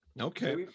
okay